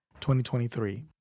2023